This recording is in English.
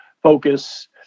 Focus